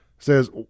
says